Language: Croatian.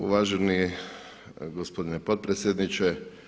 Uvaženi gospodine potpredsjedniče.